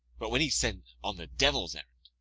but when he's sent on the devil's errand,